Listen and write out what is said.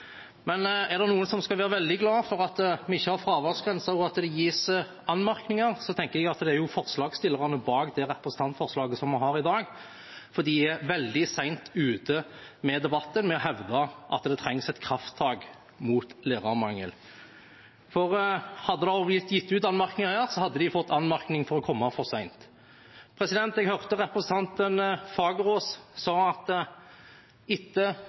Men er det noen jeg tenker skal være veldig glade for at vi ikke har fraværsgrenser, og for at det ikke gis anmerkninger, er det forslagsstillerne bak det representantforslaget vi har i dag, for de er veldig sent ute med debatten og med å hevde at det trengs et krafttak mot lærermangel. Hadde det blitt gitt anmerkninger her, hadde de fått anmerkning for å komme for sent. Jeg hørte representanten Fagerås si at